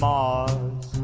Mars